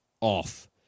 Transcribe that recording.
off